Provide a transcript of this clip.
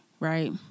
Right